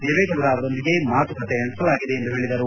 ದೇವೇಗೌಡ ಅವರೊಂದಿಗೆ ಮಾತುಕತೆ ನಡೆಸಲಾಗಿದೆ ಎಂದು ಹೇಳಿದರು